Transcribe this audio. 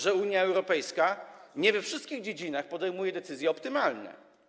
że Unia Europejska nie we wszystkich dziedzinach podejmuje decyzje optymalne.